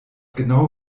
genau